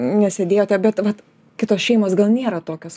nesėdėjote bet vat kitos šeimos gal nėra tokios